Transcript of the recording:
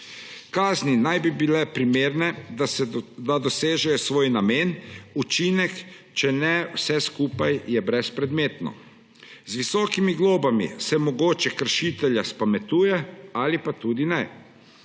Kazni naj bi bile primerne, če dosežejo svoj namen, učinek, če ne, je vse skupaj brezpredmetno. Z visokimi globami se mogoče kršitelja spametuje ali pa tudi ne.